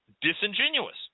disingenuous